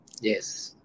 Yes